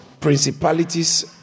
principalities